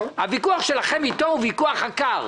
הוויכוח של חברי הכנסת איתו הוא ויכוח עקר.